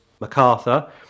MacArthur